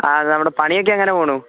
ആ നമ്മുടെ പണിയൊക്കെ എങ്ങനെ പോവുന്നു